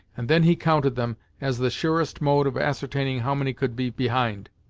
and then he counted them, as the surest mode of ascertaining how many could be behind.